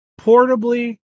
portably